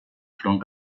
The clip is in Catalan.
front